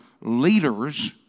leaders